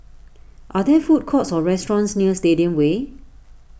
are there food courts or restaurants near Stadium Way